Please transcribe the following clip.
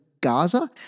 Gaza